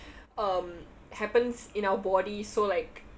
um happens in our body so like